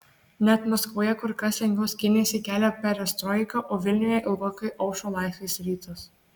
net maskvoje kur kas lengviau skynėsi kelią perestroika o vilniuje ilgokai aušo laisvės rytas